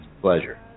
Pleasure